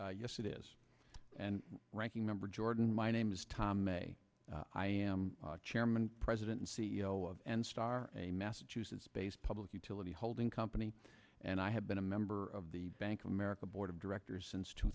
senate yes it is and ranking member jordan my name is tom may i am chairman president and c e o of and star a massachusetts based public utility holding company and i have been a member of the bank of america board of directors since two